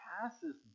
passes